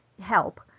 help